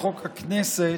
בחוק הכנסת,